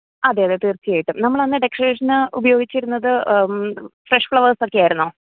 അതെ അതെ തീർച്ചയായിട്ടും നമ്മൾ അന്നു ഡെക്കറേഷൻ ഉപയോഗിച്ചിരുന്നത് ഫ്രഷ് ഫ്ലവർസ് ഒക്കെ ആയിരുന്നു